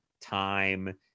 time